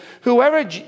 whoever